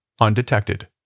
undetected